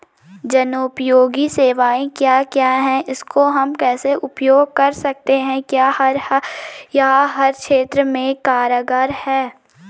जनोपयोगी सेवाएं क्या क्या हैं इसको हम कैसे उपयोग कर सकते हैं क्या यह हर क्षेत्र में कारगर है?